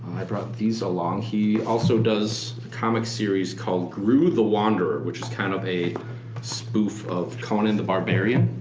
i brought these along. he also does a comic series called groo the wanderer, which is kind of a spoof of conan the barbarian.